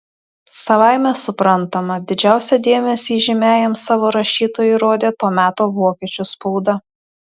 savaime suprantama didžiausią dėmesį įžymiajam savo rašytojui rodė to meto vokiečių spauda